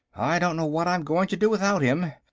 i don't know what i'm going to do without him.